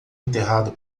enterrado